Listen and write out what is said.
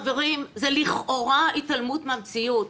חברים, זו לכאורה התעלמות מהמציאות.